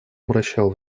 обращал